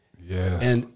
Yes